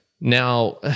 Now